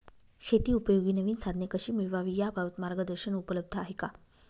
शेतीउपयोगी नवीन साधने कशी मिळवावी याबाबत मार्गदर्शन उपलब्ध आहे का?